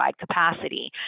capacity